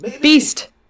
Beast